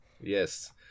Yes